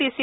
PC